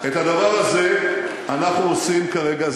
את הדבר הזה אנחנו עושים כרגע.